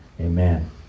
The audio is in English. Amen